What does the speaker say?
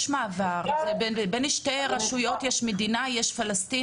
יש מעבר בין שתי רשויות יש מדינה ויש פלסטין